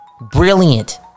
Brilliant